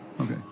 Okay